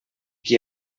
qui